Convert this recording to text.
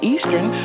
Eastern